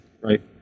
right